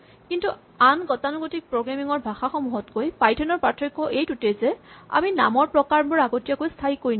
কিন্তু আন গতানুগতিক প্ৰগ্ৰেমিং ৰ ভাষাসমূহতকৈ পাইথন ৰ পাৰ্থক্য এইটোতেই যে আমি নামৰ প্ৰকাৰবোৰ আগতীয়াকৈ স্হায়ী কৰি নিদিও